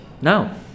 No